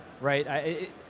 right